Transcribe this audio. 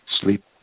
sleep